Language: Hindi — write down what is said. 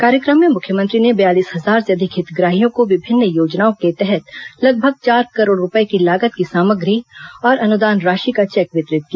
कार्यक्रम में मुख्यमंत्री ने बयालीस हजार से अधिक हितग्राहियों को विभिन्न योजनाओं के तहत लगभग चार करोड़ रूपए की लागत की सामग्री और अनुदान राशि का चेक वितरित किया